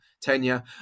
tenure